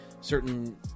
certain